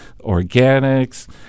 organics